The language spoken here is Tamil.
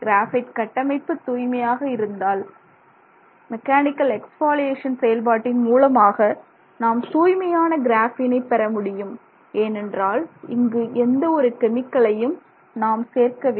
கிராபைட் கட்டமைப்பு தூய்மையாக இருந்தால் மெக்கானிக்கல் எக்ஸ்பாலியேஷன் செயல்பாட்டின் மூலமாக நாம் தூய்மையான கிராஃபீனை பெறமுடியும் ஏனென்றால் இங்கு எந்த ஒரு கெமிக்கலையும் நாம் சேர்க்கவில்லை